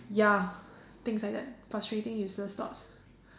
ya things like that frustrating useless thoughts